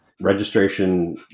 registration